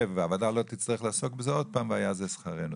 והוועדה לא תצטרך לעסוק בזה עוד פעם והיה זה שכרנו,